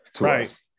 Right